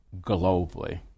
globally